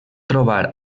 trobar